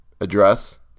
Address